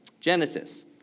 Genesis